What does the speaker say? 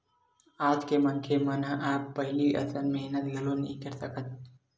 आज के मनखे मन ह अब पहिली असन मेहनत घलो नइ कर सकय